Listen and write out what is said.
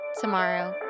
tomorrow